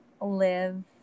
live